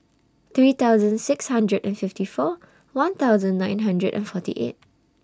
three thousand six hundred and fifty four one thousand nine hundred and forty eight